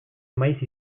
maiz